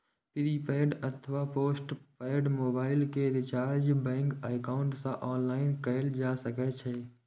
prepaid अथवा postpaid mobile के recharge bank account सं ऑनलाइन कैल जा सकै छै